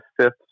fifth